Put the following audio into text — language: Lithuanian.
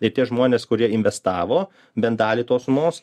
ir tie žmonės kurie investavo bent dalį tos sumos